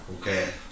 Okay